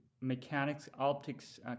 mechanics-optics